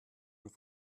und